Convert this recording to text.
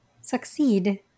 succeed